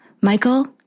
Michael